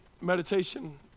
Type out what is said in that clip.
meditation